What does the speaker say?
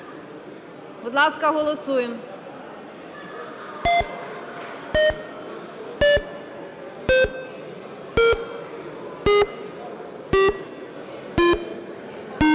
Будь ласка, голосуємо.